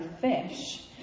fish